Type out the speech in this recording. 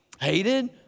hated